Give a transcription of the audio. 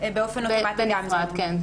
כן,